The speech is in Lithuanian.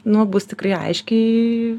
nu bus tikrai aiškiai